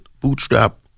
bootstrap